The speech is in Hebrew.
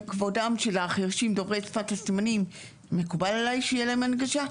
מכבודם של החירשים דוברי שפת הסימנים מקובל עליי שיהיה להם הנגשה,